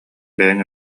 бэйэҥ